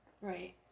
Right